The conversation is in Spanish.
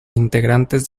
integrantes